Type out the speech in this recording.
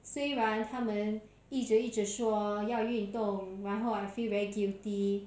虽然他们一直一直说要运动然后 I feel very guilty